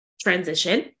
transition